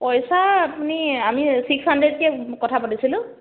পইচা আপুনি আমি ছিক্স হাণ্ড্ৰেডকৈ কথা পাতিছিলোঁ